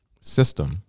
system